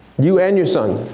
you and your son.